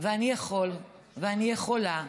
ואני יכול, ואני יכולה,